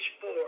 four